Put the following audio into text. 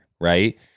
Right